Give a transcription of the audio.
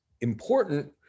important